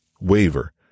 waver